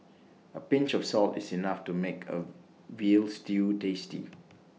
A pinch of salt is enough to make A Veal Stew tasty